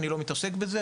אני לא מתעסק בזה,